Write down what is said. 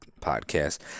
podcast